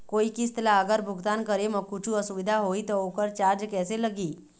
कोई किस्त ला अगर भुगतान करे म कुछू असुविधा होही त ओकर चार्ज कैसे लगी?